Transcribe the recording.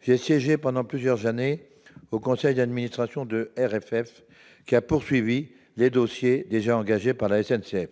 J'ai siégé pendant plusieurs années au conseil d'administration de RFF, qui a poursuivi les dossiers déjà engagés par la SNCF.